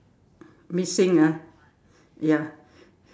missing ah ya